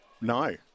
No